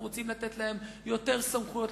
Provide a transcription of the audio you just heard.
אנחנו רוצים לתת להם יותר סמכויות,